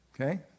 Okay